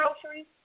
groceries